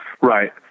right